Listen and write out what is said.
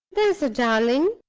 there's a darling!